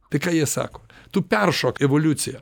tai ką jie sako tu peršok evoliuciją